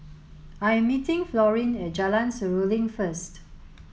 I am meeting Florine at Jalan Seruling first